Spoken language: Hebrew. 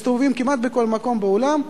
מסתובבים כמעט בכל מקום בעולם.